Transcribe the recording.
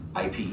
IP